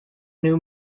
new